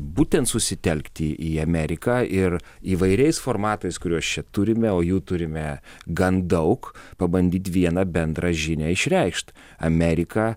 būtent susitelkti į ameriką ir įvairiais formatais kuriuos čia turime o jų turime gan daug pabandyt vieną bendrą žinią išreikšt amerika